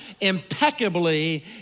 impeccably